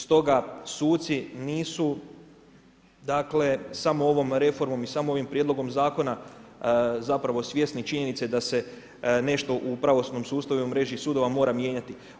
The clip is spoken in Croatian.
Stoga suci nisu samo ovom reformom i samo ovim prijedlogom zakona svjesni činjenice da se nešto u pravosudnom sustavu i u mreži sudova mora mijenjati.